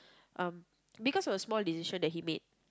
um because of a small decision that he made